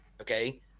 Okay